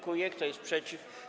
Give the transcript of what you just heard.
Kto jest przeciw?